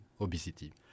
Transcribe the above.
obesity